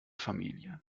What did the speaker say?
familie